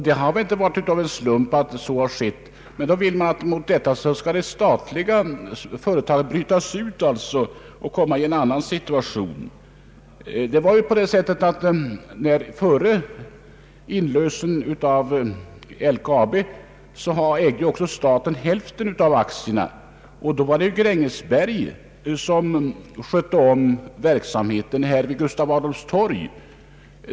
Detta har inte skett på en slump, men här vill man tydligen att de statliga företagen skall få en annan behandling. Vid tiden för inlösen av LKAB ägde staten hälften av aktierna, och det var Grängesberg AB som skötte om verksamheten från sitt kontor vid Gustav Adolfs torg.